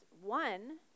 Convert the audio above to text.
One